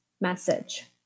message